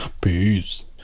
Peace